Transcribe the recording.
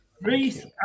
reese